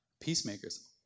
peacemakers